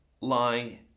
lie